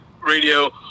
radio